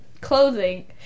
clothing